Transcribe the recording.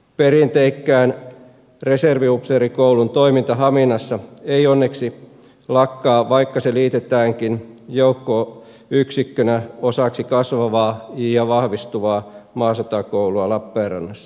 perinteikkään reserviupseerikoulun toiminta haminassa ei onneksi lakkaa vaikka se liitetäänkin joukkoyksikkönä osaksi kasvavaa ja vahvistuvaa maasotakoulua lappeenrannassa